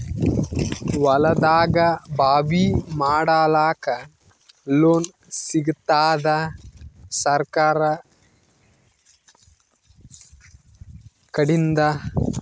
ಹೊಲದಾಗಬಾವಿ ಮಾಡಲಾಕ ಲೋನ್ ಸಿಗತ್ತಾದ ಸರ್ಕಾರಕಡಿಂದ?